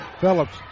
Phillips